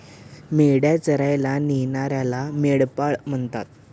मेंढ्या चरायला नेणाऱ्याला मेंढपाळ म्हणतात